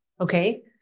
okay